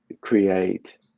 create